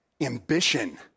ambition